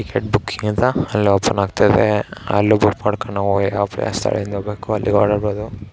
ticket booking ಅಂತ ಅಲ್ಲಿ open ಆಗ್ತಾ ಇದೆ ಅಲ್ಲೂ ಬುಕ್ ಮಾಡ್ಕೊಂಡ್ ನಾವು ಹೋಗಿ ಆ ಪ್ಲೇಸ್ ಸ್ಥಳದಿಂದ ಹೋಗ್ಬೇಕೊ ಅಲ್ಲಿ ಒಡಾಡ್ದೌದು